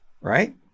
Right